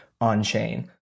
on-chain